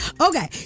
Okay